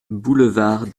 boulevard